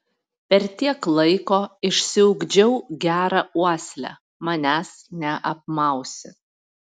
per tiek laiko išsiugdžiau gerą uoslę manęs neapmausi